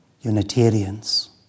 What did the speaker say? Unitarians